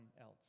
else